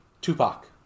Tupac